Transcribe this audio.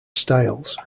styles